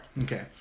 Okay